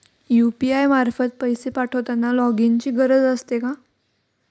UPI मार्फत पैसे पाठवताना लॉगइनची गरज असते का?